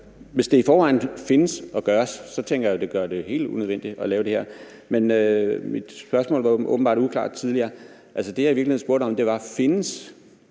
Hvis det i forvejen findes og gøres, tænker jeg, at det gør det helt unødvendigt at lave det her. Men mit spørgsmål var åbenbart uklart tidligere. Det, jeg i virkeligheden spurgte om, var: Findes